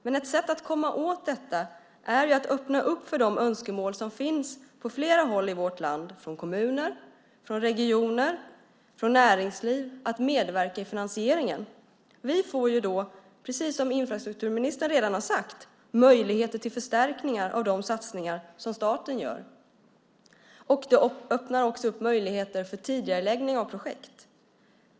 Men ett sätt att komma åt detta är att öppna för de önskemål som finns på flera håll i vårt land - från kommuner, från regioner och från näringsliv - att medverka i finansieringen. Vi får då, precis som infrastrukturministern redan har sagt, möjligheter till förstärkningar av de satsningar som staten gör. Det öppnar också möjligheter för tidigareläggning av projekt.